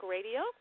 Radio